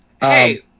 Hey